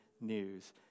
news